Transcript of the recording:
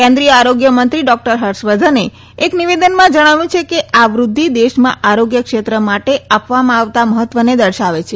કેન્દ્રિથત આરોગ્થ મંત્રી ડોકટર હર્ષવર્ધને એક નિવેદનમાં ૈ ણાવ્યું છે કે આ વૃતૃધ્ધ દેશમાં આરોગ્ય ક્ષેત્ર માટે આપ વામાં આવતા મહત્વને દર્શાવે છે